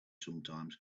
sometimes